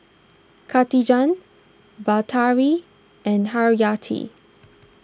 Katijah Batari and Haryati